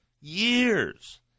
years